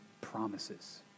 promises